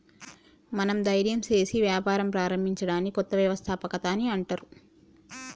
మనం ధైర్యం సేసి వ్యాపారం ప్రారంభించడాన్ని కొత్త వ్యవస్థాపకత అని అంటర్